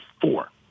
four